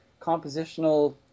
compositional